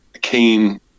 keen